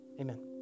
Amen